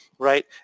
right